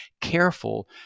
careful